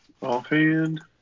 offhand